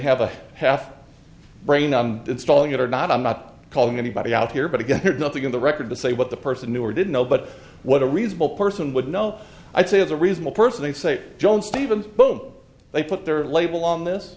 have a half brain installing it or not i'm not calling anybody out here but again there's nothing in the record to say what the person knew or didn't know but what a reasonable person would know i'd say is a reasonable person they say john stevens boom they put their label on this